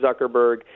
Zuckerberg